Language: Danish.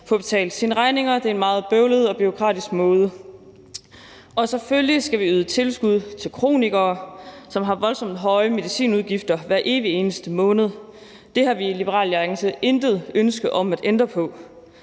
få betalt sine regninger. Det er en meget bøvlet og bureaukratisk måde. Selvfølgelig skal vi yde tilskud til kronikere, som har voldsomt høje medicinudgifter hver evig eneste måned. Det har vi i Liberal Alliance intet ønske om at ændre på.